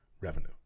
revenue